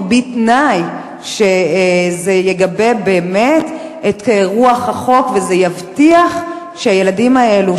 בתנאי שזה יגבה באמת את רוח החוק ויבטיח שהילדים האלו,